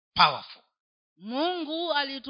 powerful